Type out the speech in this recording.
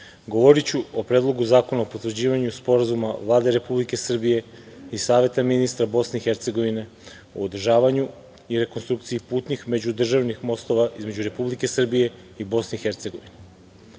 govoriću o Predlogu zakona o potvrđivanju Sporazuma Vlade Republike Srbije i Saveta ministara BiH, u održavanju i rekonstrukciji putnih međudržavnih mostova između Republike Srbije i BiH.Mostovi